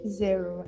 zero